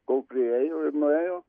kol priėjo ir nuėjo